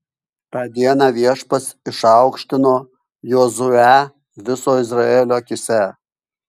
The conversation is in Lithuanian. tą dieną viešpats išaukštino jozuę viso izraelio akyse